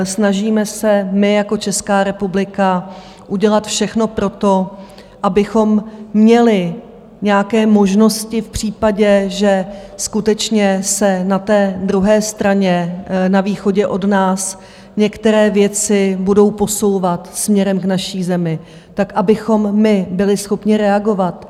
Snažíme se, my jako Česká republika, udělat všechno pro to, abychom měli nějaké možnosti v případě, že skutečně se na té druhé straně, na východě od nás, některé věci budou posouvat směrem k naší zemi, tak abychom my byli schopni reagovat.